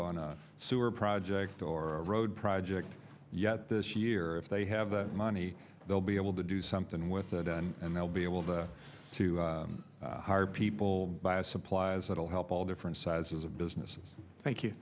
on sewer projects or road projects yet this year if they have the money they'll be able to do something with it and they'll be able to hire people buy a supplies that'll help all different sizes of business thank you